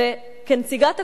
כנציגת הקואליציה,